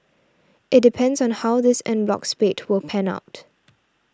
it depends on how this en bloc spate will pan out